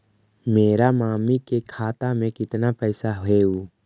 मेरा मामी के खाता में कितना पैसा हेउ?